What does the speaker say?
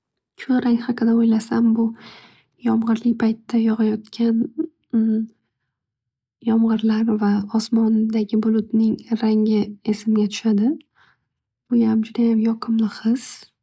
Kulrang rang haqida o'ylasam bu yomg'irli paytda yog'ayotgan yomg'irlar va osmondagi bulutning rangi esimga tushadi. Buyam judayam yoqimli his.